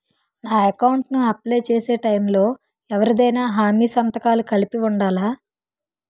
నా అకౌంట్ ను అప్లై చేసి టైం లో ఎవరిదైనా హామీ సంతకాలు కలిపి ఉండలా?